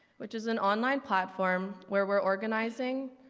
which is an online platform where we're organizing